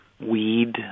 weed